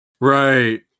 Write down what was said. Right